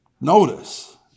notice